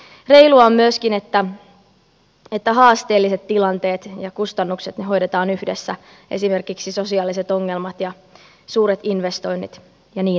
reilua on myöskin että haasteelliset tilanteet ja kustannukset hoidetaan yhdessä esimerkiksi sosiaaliset ongelmat ja suuret investoinnit ja niin edelleen